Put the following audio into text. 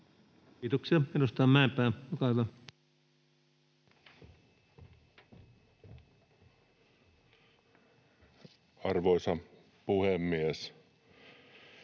Kiitoksia. — Edustaja Mäenpää, olkaa hyvä. Arvoisa puhemies!